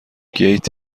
گیت